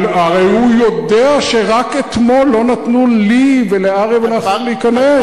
אבל הרי הוא יודע שרק אתמול לא נתנו לי ולאריה ולאחרים להיכנס.